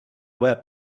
web